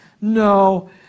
No